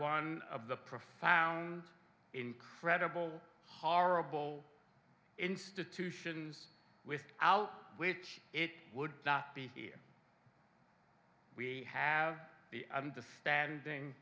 one of the profound incredible horrible institutions without which it would not be here we have the understanding